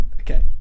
Okay